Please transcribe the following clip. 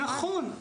נכון.